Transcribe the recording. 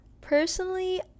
Personally